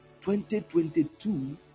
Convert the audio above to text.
2022